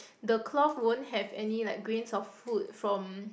the cloth won't have any like grains of food from